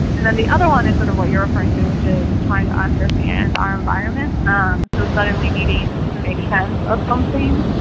and the other one sort of why you are afraid to which is trying to understand our environment. ah um so suddenly meeting to make sense of something,